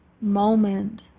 moment